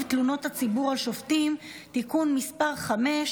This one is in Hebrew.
תלונות הציבור על שופטים (תיקון מס' 5,